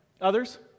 Others